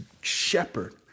shepherd